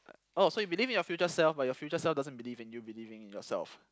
oh so you believe in your future self but your future self doesn't believe in you believing in yourself